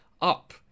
up